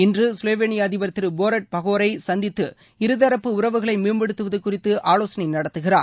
இன்று ஸ்லோவேனிய அதிபர் திரு போரட் பாகோரை அவர் சந்தித்து இருதரப்பு உறவுகளை மேம்படுத்துவது குறித்து ஆலோசனை நடத்துகிறார்